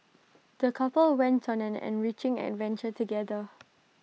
the couple went on an enriching adventure together